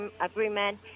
agreement